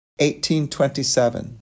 1827